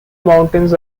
mountains